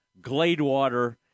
Gladewater